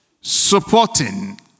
supporting